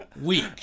week